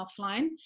offline